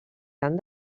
gran